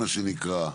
מה שנקרא,